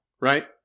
Right